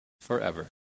forever